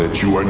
ah to and